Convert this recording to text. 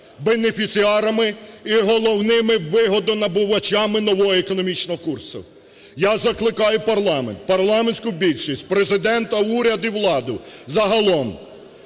бенефіціарами і головними вигодонабувачами нового економічного курсу. Я закликаю парламент, парламентську більшість, Президента, уряд і владу загалом